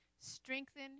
Strengthen